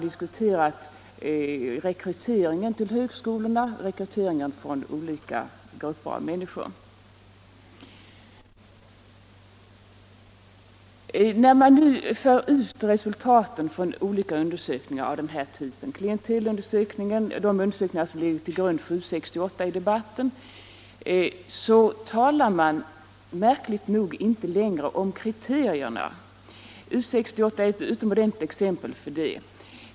Där har man diskuterat rekryteringen från olika grupper av människor till högskolorna. När man nu för ut resultaten av de här nämnda undersökningarna i debatten talar man märkligt nog inte längre om kriterierna. U 68 är ett utomordentligt exempel på det.